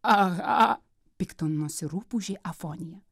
aha piktinosi rupūžė afonija